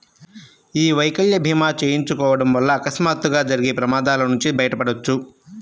యీ వైకల్య భీమా చేయించుకోడం వల్ల అకస్మాత్తుగా జరిగే ప్రమాదాల నుంచి బయటపడొచ్చు